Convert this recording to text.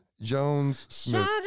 Jones-Smith